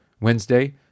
Wednesday